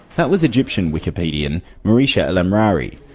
that was egyptian wikipedian moushira elamrawy.